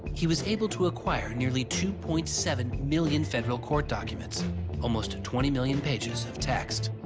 he was able to acquire nearly two point seven million federal court documents almost twenty million pages of text.